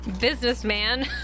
businessman